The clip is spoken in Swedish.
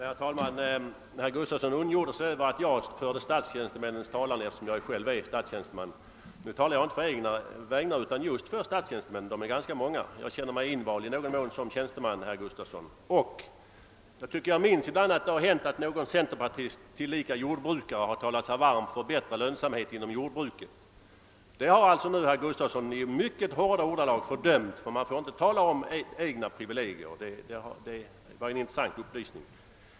Herr talman! Herr Gustavsson i Alvesta ondgjorde sig över att jag förde statstjänstemännens talan, eftersom jag själv är statstjänsteman. Nu talar jag inte på egna vägnar utan just för statstjänstemännen. De är ganska många. Jag känner mig invald i någon mån som statstjänsteman, herr Gustavsson, och jag tycker jag minns att det har hänt att någon centerpartist, tillika jordbrukare, har talat sig varm för bättre lönsamhet inom jordbruket. Det har alltså nu herr Gustavsson i mycket hårda ordalag fördömt — man får ju inte tala om egna förmåner. Det var en intressant upplysning.